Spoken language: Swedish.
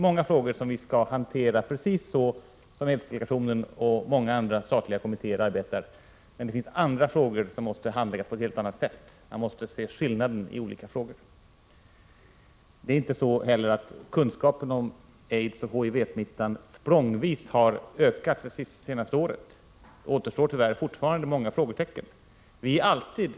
Många frågor skall vi hantera precis så som aidsdelegationen och andra statliga kommittéer gör, men andra frågor måste handläggas på ett helt annat sätt. Det är inte heller så att kunskapen om aids och HIV-smittan har ökat språngvis det senaste året. Det återstår tyvärr fortfarande många frågetecken.